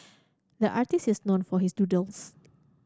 the artist is known for his doodles